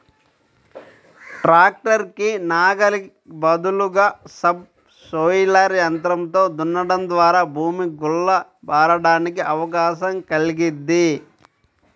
tractor కి నాగలి బదులుగా సబ్ సోయిలర్ యంత్రంతో దున్నడం ద్వారా భూమి గుల్ల బారడానికి అవకాశం కల్గిద్ది